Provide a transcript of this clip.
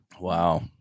Wow